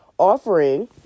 offering